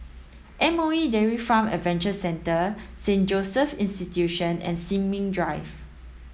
M O E Dairy Farm Adventure Centre Saint Joseph's Institution and Sin Ming Drive